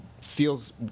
feels